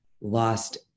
lost